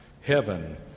Heaven